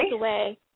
takeaway